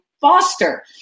foster